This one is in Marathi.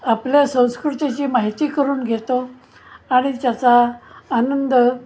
आपल्या संस्कृतीची माहिती करून घेतो आणि त्याचा आनंद